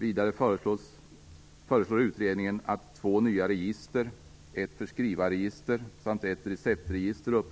Vidare föreslår utredningen att två nya register upprättas, ett förskrivarregister samt ett receptregister.